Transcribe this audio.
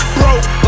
broke